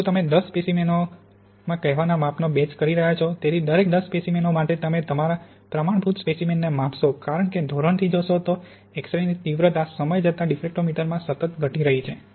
જો તમે 10 સ્પેસીમેનઓ કહેવાનાં માપનો બેચ કરી રહ્યા છો તેથી દરેક 10 સ્પેસીમેનઓ માટે તમે તમારા પ્રમાણભૂત સ્પેસીમેનને માપશો કારણ કે ધોરણથી જોશો તો એક્સ રેની તીવ્રતા સમય જતાં ડિફ્રેક્ટ્રોમીટરમાં સતત ઘટી રહી છે